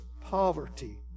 poverty